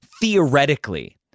Theoretically